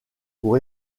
pour